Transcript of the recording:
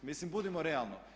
Mislim budimo realni.